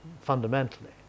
fundamentally